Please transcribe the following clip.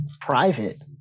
private